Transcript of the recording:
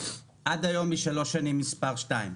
עד היום היא שלוש שנים מספר שתיים,